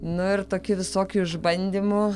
na ir tokių visokių išbandymų